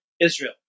Israel